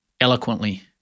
eloquently